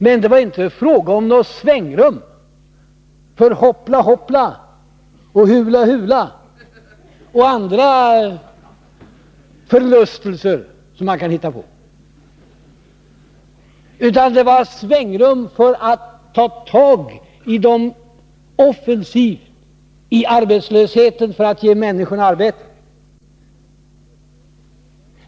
Men det var inte fråga om något svängrum för hoppla-hoppla och hula-hula eller andra förlustelser som man kan hitta på, utan det var svängrum för en offensiv mot arbetslösheten och för att ge människor arbete.